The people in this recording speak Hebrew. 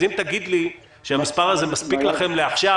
אז אם תגיד לי שהמספר הזה מספיק לכם לעכשיו